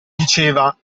diceva